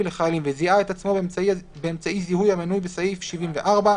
לחיילים וזיהה את עצמו באמצעי זיהוי המנוי בסעיף 74,